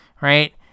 Right